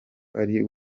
ari